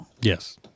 Yes